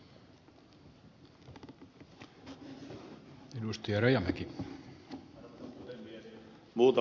arvoisa puhemies